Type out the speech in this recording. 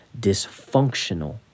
dysfunctional